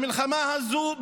במלחמה הזו,